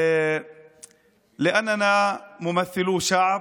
(אומר דברים בשפה הערבית,